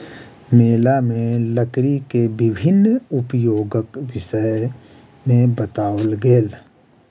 मेला में लकड़ी के विभिन्न उपयोगक विषय में बताओल गेल